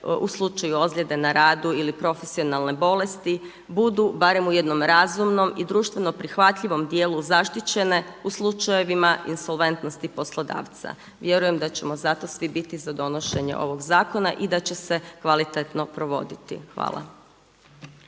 u slučaju ozljede na radu ili profesionalne bolesti budu barem u jednom razumnom i društveno prihvatljivom dijelu zaštićene u slučajevima insolventnosti poslodavca. Vjerujem da ćemo zato svi biti za donošenje ovog zakona i da će se kvalitetno provoditi. Hvala.